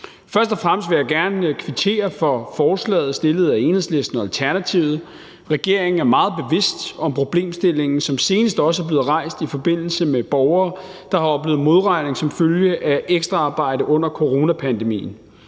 Først og fremmest vil jeg gerne kvittere for forslaget fremsat af Enhedslisten og Alternativet. Regeringen er meget bevidst om problemstillingen, som senest også er blevet rejst i forbindelse med borgere, der har oplevet modregning som følge af ekstra arbejde under coronapandemien.